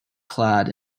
clad